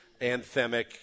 anthemic